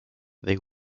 they